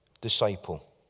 disciple